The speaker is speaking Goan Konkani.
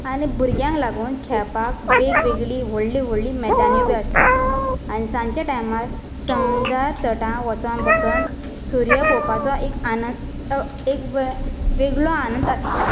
आनी भुरग्यांक लागून खेळपाक वेगवेगळी व्हडले व्हडले मैदानां बी आसता आनी सांजे टायमार समुंदर तटा वचून बसून सुर्य पळोवपाचो एक आनंद वेगळो आनंद आसता